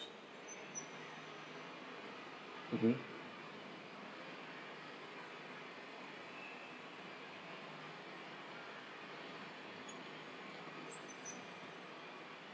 mmhmm